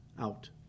out